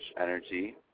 energy